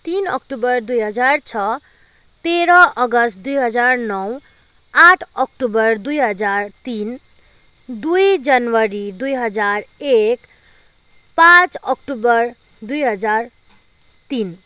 तिन अक्टोबर दुई हजार छ तेह्र अगस्त दुई हजार नौ आठ अक्टोबर दुई हजार तिन दुई जनवरी दुई हजार एक पाँच अक्टोबर दुई हजार तिन